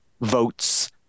votes